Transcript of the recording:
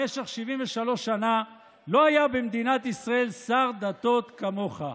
במשך 73 שנה לא היה במדינת ישראל שר דתות כמוך.